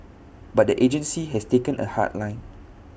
but the agency has taken A hard line